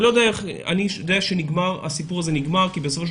אני יודע שהסיפור הזה נגמר כי בסופו של